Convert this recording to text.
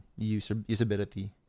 usability